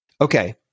Okay